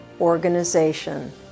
organization